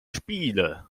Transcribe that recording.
spiele